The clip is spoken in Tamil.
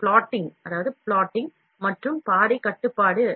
plotting மற்றும் பாதை கட்டுப்பாடு